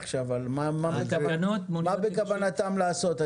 עכשיו מה בכוונתם לעשות.